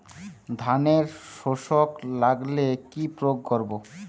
ধানের শোষক লাগলে কি প্রয়োগ করব?